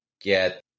get